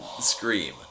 scream